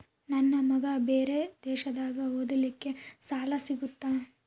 ನನ್ನ ಮಗ ಬೇರೆ ದೇಶದಾಗ ಓದಲಿಕ್ಕೆ ಸಾಲ ಸಿಗುತ್ತಾ?